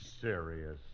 serious